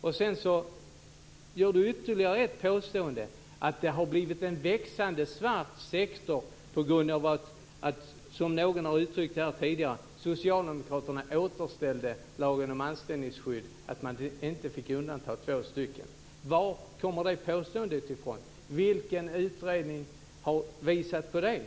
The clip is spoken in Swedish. Runar Patriksson gör ytterligare ett påstående, nämligen att det har uppstått en växande svart sektor på grund av att - som någon har uttryckt det här tidigare - socialdemokraterna återställde lagen om anställningsskydd, så att två anställda inte skulle få undantas. Varifrån kommer det påståendet? Vilken utredning har visat på detta?